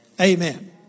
Amen